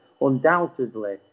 undoubtedly